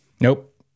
Nope